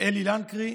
אלי לנקרי,